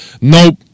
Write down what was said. nope